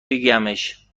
بگمش